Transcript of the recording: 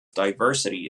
diversity